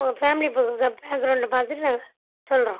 உங்கள் ஃபேம்லி பேக்ரவுண்டை பார்த்துட்டு நாங்கள் சொல்கிறோம்